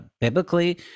biblically